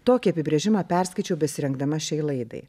tokį apibrėžimą perskaičiau besirengdama šiai laidai